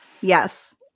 Yes